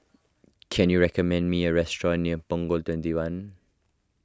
can you recommend me a restaurant near Punggol twenty one